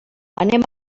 anem